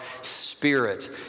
spirit